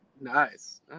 Nice